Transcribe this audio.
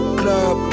club